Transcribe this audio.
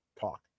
talk